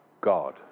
God